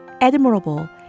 admirable